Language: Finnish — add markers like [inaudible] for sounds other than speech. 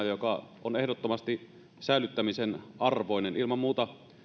[unintelligible] joka on ehdottomasti säilyttämisen arvoinen ilman muuta